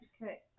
Okay